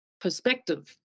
perspective